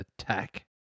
attack